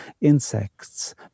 Insects